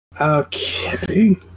Okay